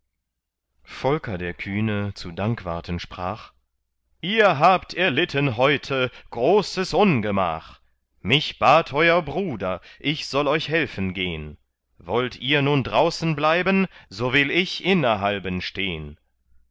volker der kühne zu dankwarten sprach ihr habt erlitten heute großes ungemach mich bat euer bruder ich sollt euch helfen gehn wollt ihr nun draußen bleiben so will ich innerhalben stehn